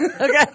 Okay